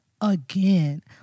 again